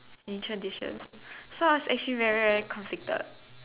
signature dishes so I was actually very very conflicted